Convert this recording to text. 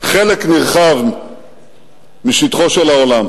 חלק נרחב משטחו של העולם,